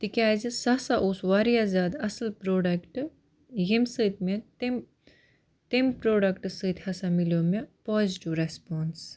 تِکیٛازِ سُہ ہسا اوس واریاہ زیادٕ اصٕل پرٛوڈَکٹہٕ ییٚمہِ سۭتۍ مےٚ تَمہِ تَمہِ پروڈَکٹہٕ سۭتۍ ہَسا میلیٛو مےٚ پازِٹِو ریٚسپوٛانٕس